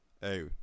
Hey